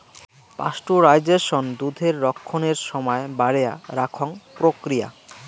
pasteurisation দুধের রক্ষণের সমায় বাড়েয়া রাখং প্রক্রিয়া